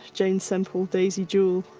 jane semple, daisy jewel,